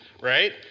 Right